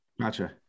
Gotcha